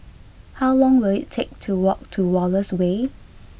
how long will it take to walk to Wallace Way